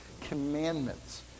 commandments